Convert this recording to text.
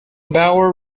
bower